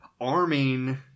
arming